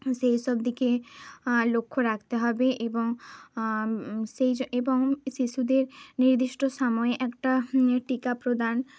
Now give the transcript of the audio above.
সেই সব দিকে লক্ষ্য রাখতে হবে এবং সেই জ এবং শিশুদের নির্দিষ্ট সময়ে একটা টিকা প্রদান